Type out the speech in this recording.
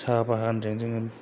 साहा बागानजों जोङो